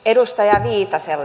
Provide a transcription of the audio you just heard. edustaja viitaselle